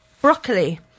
broccoli